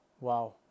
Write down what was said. Wow